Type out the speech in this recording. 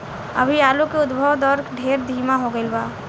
अभी आलू के उद्भव दर ढेर धीमा हो गईल बा